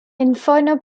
inferno